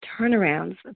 turnarounds